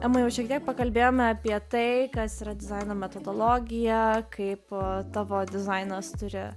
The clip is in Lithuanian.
ema jau šiek tiek pakalbėjome apie tai kas yra dizaino metodologija kaip tavo dizainas turi